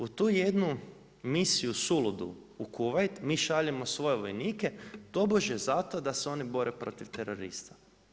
U tu jednu misiju suludu u Kuvajt, mi šaljemo svoje vojnike, tobožnje zato da se oni bore protiv terorista.